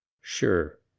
Sure